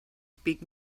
speak